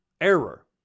error